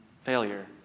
failure